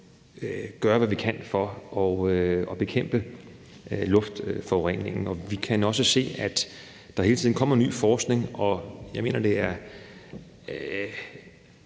gøre, hvad vi kan, for at bekæmpe luftforureningen. Vi kan også se, at der hele tiden kommer ny forskning, og jeg vil ikke